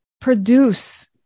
produce